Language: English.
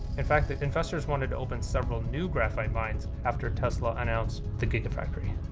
in fact, the investors wanted to open several new graphite mines after tesla announced the gigafactory.